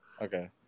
Okay